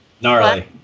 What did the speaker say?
Gnarly